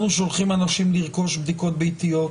אנחנו שולחים אנשים לרכוש בדיקות ביתיות